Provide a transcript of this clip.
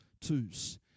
twos